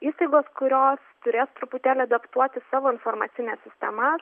įstaigos kurios turės truputėlį adaptuoti savo informacinę sistemą